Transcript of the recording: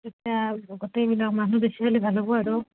তেতিয়া গোটেইবিলাক মানুহ বেছি হলে ভাল হ'ব আৰু